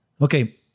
Okay